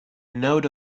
note